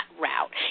route